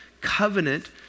Covenant